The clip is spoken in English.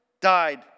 died